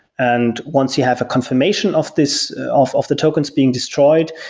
and once you have a confirmation of this, of of the tokens being destroyed,